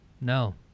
No